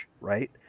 Right